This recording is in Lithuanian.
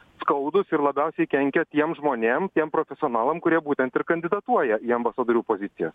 skaudūs ir labiausiai kenkia tiems žmonėm tiem profesionalam kurie būtent ir kandidatuoja į ambasadorių pozicijas